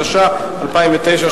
התש"ע 2009,